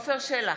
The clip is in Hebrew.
עפר שלח,